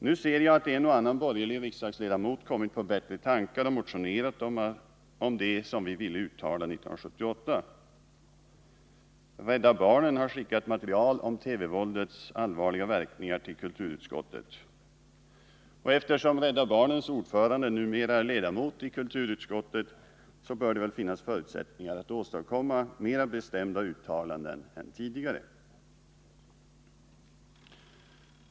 Nu ser jag att en och annan borgerlig riksdagsledamot har kommit på bättre tankar och motionerat om det som vi ville att riksdagen skulle uttala 1978. Rädda barnen har skickat material till kulturutskottet om TV-våldets allvarliga verkningar. Eftersom Rädda barnens ordförande numera är ledamot i utskottet så bör det väl finnas förutsättningar att åstadkomma mer bestämda uttalanden än tidigare.